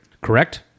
Correct